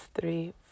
three